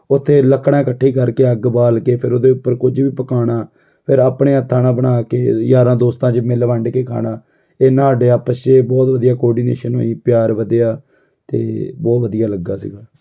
ਉਥੇ ਲੱਕੜਾਂ ਇਕੱਠੀ ਕਰਕੇ ਅੱਗ ਬਾਲ ਕੇ ਫਿਰ ਉਹਦੇ ਉੱਪਰ ਕੁਝ ਵੀ ਪਕਾਉਣਾ ਫਿਰ ਆਪਣੇ ਹੱਥਾਂ ਨਾਲ ਬਣਾ ਕੇ ਯਾਰਾਂ ਦੋਸਤਾਂ 'ਚ ਮਿਲ ਵੰਡ ਕੇ ਖਾਣਾ ਇੰਨਾ ਸਾਡੇ ਆਪਸ 'ਚ ਬਹੁਤ ਵਧੀਆ ਕੋਡੀਨੇਸ਼ਨ ਵੀ ਪਿਆਰ ਵਧਿਆ ਅਤੇ ਬਹੁਤ ਵਧੀਆ ਲੱਗਾ ਸੀਗਾ